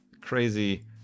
crazy